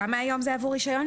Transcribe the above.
כמה היום משלמים עבור רישיון?